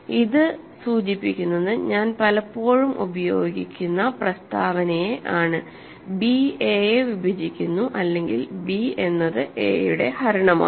ഇത് സൂചിപ്പിക്കുന്നത് ഞാൻ പലപ്പോഴും ഉപയോഗിക്കുന്ന ഒരു പ്രസ്താവനയെ ആണ് b a യെ വിഭജിക്കുന്നു അല്ലെങ്കിൽ b എന്നത് a യുടെ ഹരണമാണ്